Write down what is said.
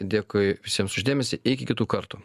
dėkui visiems už dėmesį iki kitų kartų